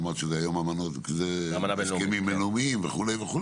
אמרת שהיום זה הסכמים בין-לאומיים וכולי.